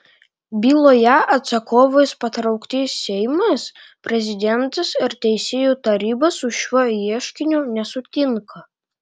byloje atsakovais patraukti seimas prezidentas ir teisėjų taryba su šiuo ieškiniu nesutinka